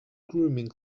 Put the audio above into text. grooming